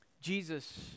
Jesus